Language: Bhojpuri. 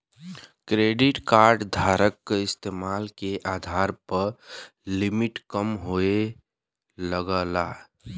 क्रेडिट कार्ड धारक क इस्तेमाल के आधार पर लिमिट कम होये लगला